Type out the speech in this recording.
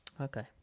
Okay